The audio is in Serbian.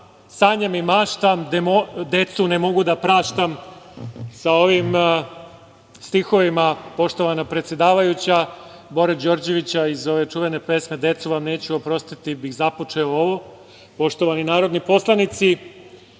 sanjam i maštam, decu ne mogu da praštam“. Sa ovim stihovima, poštovana predsedavajuća, Bore Đorđevića iz čuvene pesme „Decu vam neću oprostiti“ bih započeo ovo. Poštovani narodni poslanici,